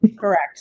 correct